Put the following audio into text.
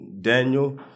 Daniel